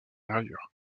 gravure